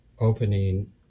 opening